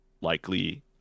likely